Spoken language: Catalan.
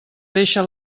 deixa